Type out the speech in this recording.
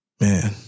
man